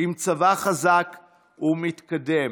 עם צבא חזק ומתקדם,